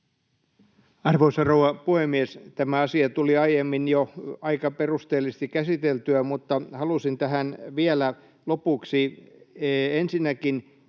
Arvoisa rouva puhemies! Tämä asia tuli aiemmin jo aika perusteellisesti käsiteltyä, mutta halusin tähän vielä lopuksi ensinnäkin